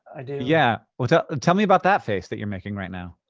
i do. yeah, well tell me about that face that you're making right now.